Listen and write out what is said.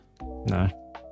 No